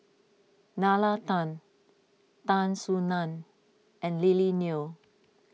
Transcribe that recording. Nalla Tan Tan Soo Nan and Lily Neo